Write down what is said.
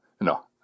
No